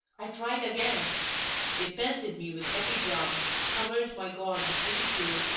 i tried again they pelted me with epigrams, covered my god with ridicule,